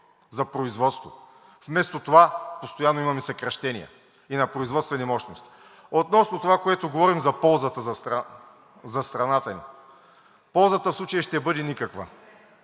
за производство. Вместо това постоянно имаме съкращения и на производствени мощности. Относно това, което говорим – за ползата за страната ни. Ползата в случая ще бъде никаква.